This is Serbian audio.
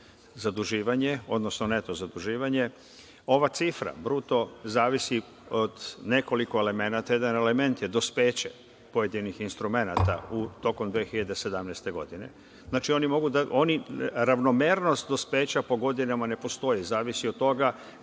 zaduživanje, odnosno neto zaduživanje. Ova cifra bruto zavisi od nekoliko elemenata. Jedan element je dospeće pojedinih instrumenata tokom 2017. godine, znači oni ravnomernost dospeća po godinama ne postoji, zavisi od toga